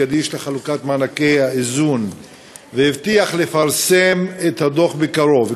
גדיש לחלוקת מענקי האיזון והבטיח לפרסם את הדוח בקרוב,